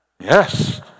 Yes